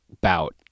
bout